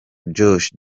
josh